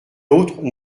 l’autre